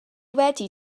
wedi